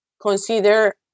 consider